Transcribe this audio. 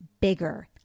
bigger